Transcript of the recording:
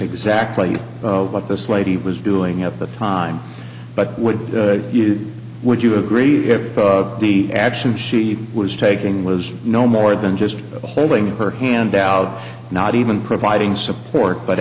exactly what this lady was doing at the time but would you would you agree that the action she was taking was no more than just holding her hand out not even providing support but